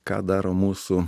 ką daro mūsų